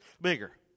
bigger